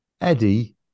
Eddie